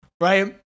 Right